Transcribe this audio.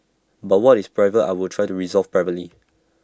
but what is private I will try to resolve privately